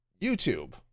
YouTube